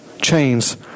chains